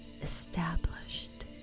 established